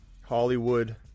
Hollywood